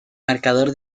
marcador